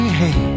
hey